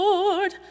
Lord